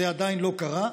זה עדיין לא קרה.